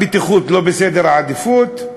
הבטיחות לא בסדר העדיפויות,